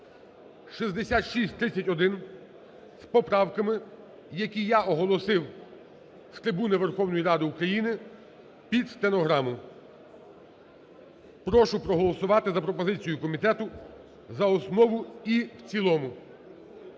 6631) з поправками, які я оголосив з трибуни Верховної Ради України під стенограму. Прошу проголосувати за пропозицію комітету за основу і в цілому.